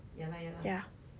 ya